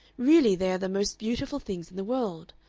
really they are the most beautiful things in the world.